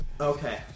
Okay